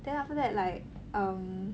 then after that like um